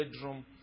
bedroom